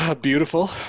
Beautiful